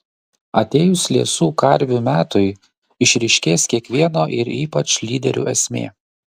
atėjus liesų karvių metui išryškės kiekvieno ir ypač lyderių esmė